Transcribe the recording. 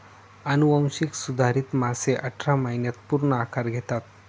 अनुवांशिक सुधारित मासे अठरा महिन्यांत पूर्ण आकार घेतात